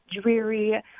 dreary